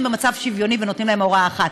במצב שוויוני ונותנת להם הוראה אחת.